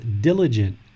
diligent